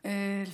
נכבדה,